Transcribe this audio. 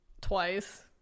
Twice